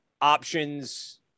options